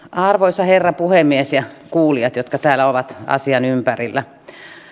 arvoisa herra puhemies ja kuulijat jotka täällä ovat asian ympärillä